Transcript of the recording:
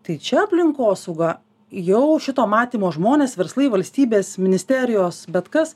tai čia aplinkosauga jau šito matymo žmonės verslai valstybės ministerijos bet kas